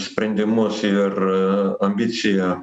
sprendimus ir ambiciją